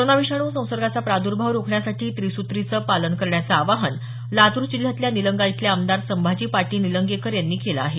corona विषाणू संसर्गाचा प्रादुर्भाव रोखण्यासाठी त्रिसुत्रीचं पालन करण्याचं आवाहन लातूर जिल्ह्यातल्या निलंगा इथले आमदार संभाजी पाटील निलंगेकर यांनी केलं आहे